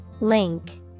Link